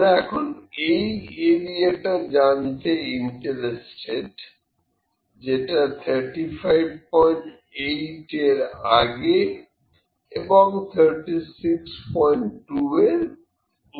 আমরা এখন এই এরিয়া টা জানতে ইন্টারেস্টেড যেটা 358 এর আগে এবং 362 এর উপরে